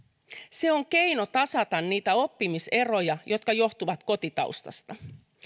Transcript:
se on keino tasata niitä oppimiseroja jotka johtuvat kotitaustasta